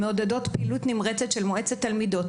מעודדות פעילות נמרצת של מועצת תלמידות,